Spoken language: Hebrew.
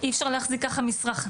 אי אפשר להחזיק ככה משרה.